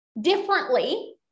differently